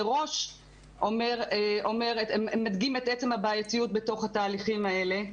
מראש מדגים את עצם הבעייתיות בתוך התהליכים האלה.